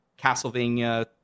Castlevania